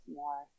more